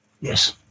yes